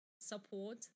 support